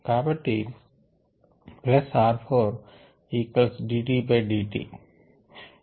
కాబట్టి plus r 4 equals d D d t